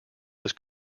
was